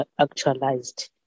actualized